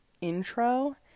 intro